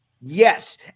Yes